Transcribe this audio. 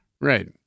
Right